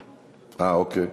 אה, אוקיי,